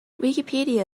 wikipedia